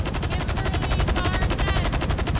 kimberly barnett.